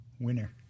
Winner